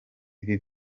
ibi